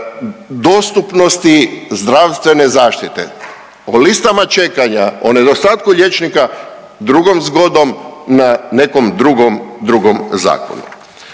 dostupnosti zdravstvene zaštite. O listama čekanja, o nedostatku liječnika drugom zgodom na nekom drugom,